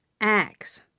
Acts